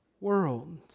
world